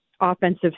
offensive